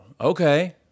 Okay